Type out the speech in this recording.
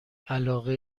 علاقه